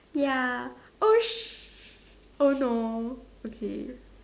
ya oh shit oh no okay